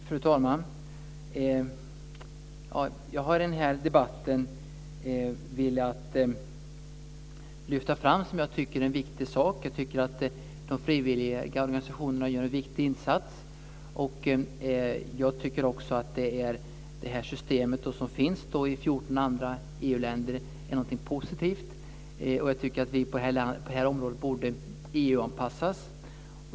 Fru talman! Jag har i den här debatten velat lyfta fram det som jag tycker är en viktig sak. Jag tycker att de frivilliga organisationerna gör en viktig insats. Jag tycker också att det system som finns i 14 andra EU-länder är någonting positivt, och vi borde på det här området EU-anpassas.